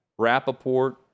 Rappaport